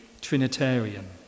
Trinitarian